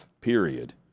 period